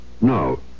No